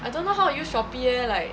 I don't know how to use shopee eh like